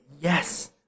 yes